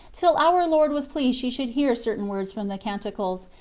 till our lord was pleased she should hear certain words from the canticles,